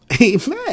Amen